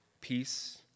peace